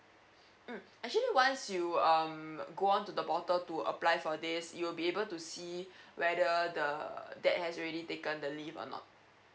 mm actually once you um go on to the portal to apply for this you'll be able to see whether the dad has already taken the leave or not